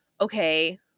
okay